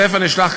הספר נשלח,